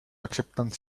acceptance